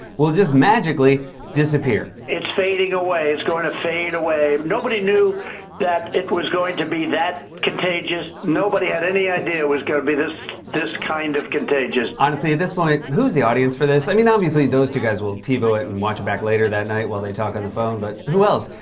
will just magically disappear. it's fading away. it's going to fade away. nobody knew that it was going to be that contagious. nobody had any idea it was going to be this this kind of contagious honestly at this point, who's the audience for this? i mean, obviously these two guys will tivo it and watch it back later that night while they talk on the phone, but who else?